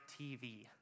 TV